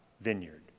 vineyard